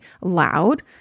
loud